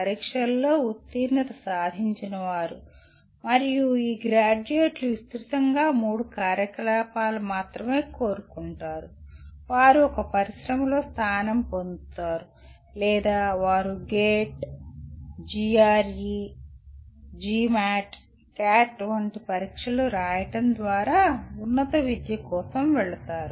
పరీక్షలలో ఉత్తీర్ణత సాధించిన వారు మరియు ఈ గ్రాడ్యుయేట్లు విస్తృతంగా మూడు కార్యకలాపాలు మాత్రమే కోరుకుంటారు వారు ఒక పరిశ్రమలో స్థానం పొందారు లేదా వారు గేట్ జిఆర్ఇ జిమాట్ క్యాట్GATE GRE GMAT CAT వంటి పరీక్షలు రాయడం ద్వారా ఉన్నత విద్య కోసం వెళతారు